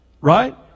right